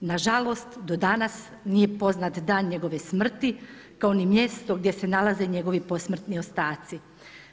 Nažalost, do danas nije poznat dan njegove smrti kao ni mjesto gdje se nalaze njegovi posmrtni ostaci.